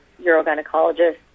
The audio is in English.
urogynecologist